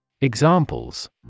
Examples